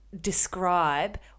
Describe